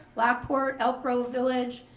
lockport, elk grove village,